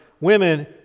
women